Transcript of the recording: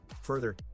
Further